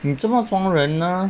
你做莫装人呢